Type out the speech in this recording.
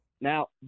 Now